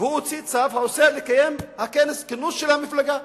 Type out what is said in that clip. והוא הוציא צו האוסר לקיים כינוס של המפלגה,